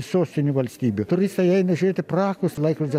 sostinių valstybių turistai eina žėti prahos laikrodžio